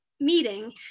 meeting